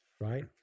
right